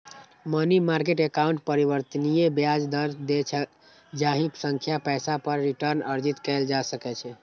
money market account परिवर्तनीय ब्याज दर दै छै, जाहि सं पैसा पर रिटर्न अर्जित कैल जा सकै छै